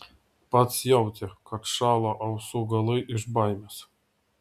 pats jautė kad šąla ausų galai iš baimės